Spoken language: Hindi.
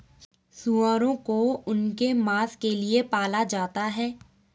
सूअरों को उनके मांस के लिए पाला जाता है